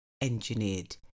engineered